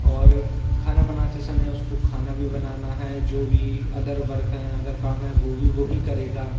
और खाना बनाते समय उसको खाना भी बनाना है जो भी अदर वर्क हैं अदर काम है वो भी वो ही करेगा